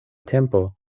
tempo